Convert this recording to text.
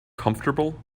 comfortable